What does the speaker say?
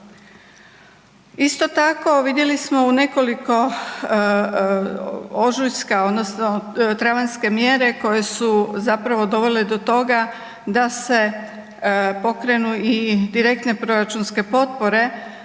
Isto tako vidjeli smo u nekoliko ožujska, odnosno travanjske mjere koje su zapravo dovele do toga da se pokrenu i direktne proračunske potpore